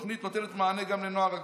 התוכנית נותנת מענה גם לנוער הגבעות.